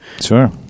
Sure